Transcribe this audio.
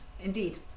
Indeed